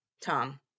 Tom